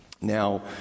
Now